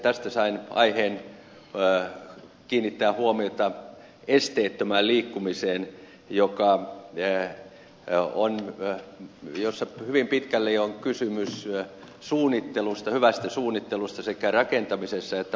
tästä sain aiheen kiinnittää huomiota esteettömään liikkumiseen jossa hyvin pitkälle jo on kysymys suunnittelusta hyvästä suunnittelusta sekä rakentamisessa että maankäytössä